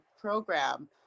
program